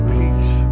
peace